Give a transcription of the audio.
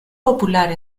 popular